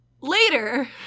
Later